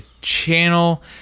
channel